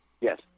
Yes